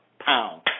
pound